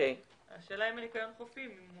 השאלה אם ניקיון החופים היה